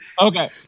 Okay